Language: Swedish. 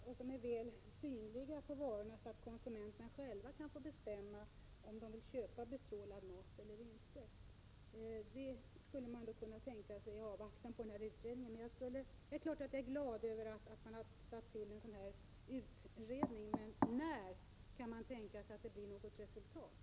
Denna märkning av varorna skall också vara väl synlig så att konsumenterna själva kan bestämma om de vill köpa bestrålad mat eller inte. Detta skulle man kunna tänka sig i avvaktan på utredningens resultat. Det är klart att jag är glad att man tillsatt denna utredning. Men när kan man förvänta sig något resultat?